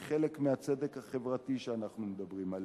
היא חלק מהצדק החברתי שאנחנו מדברים עליו.